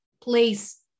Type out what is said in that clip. place